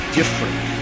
different